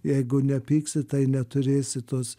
jeigu nepyksi tai neturėsi tos